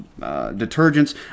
detergents